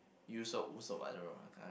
Usopp Usopp I don't know